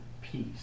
peace